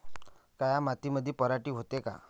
काळ्या मातीमंदी पराटी होते का?